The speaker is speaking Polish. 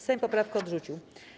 Sejm poprawkę odrzucił.